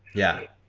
yeah.